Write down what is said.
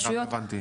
הרשויות.